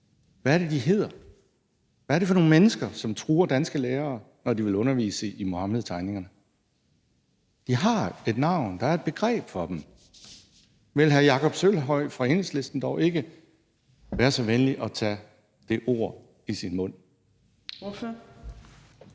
Hvad er det, de hedder? Hvad er det for nogle mennesker, som truer danske lærere, når de vil undervise i Muhammedtegningerne? De har et navn, der er en betegnelse for dem. Vil hr. Jakob Sølvhøj fra Enhedslisten dog ikke være så venlig at tage det ord i sin mund?